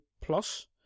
plus